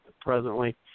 presently